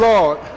Lord